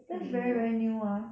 二零一六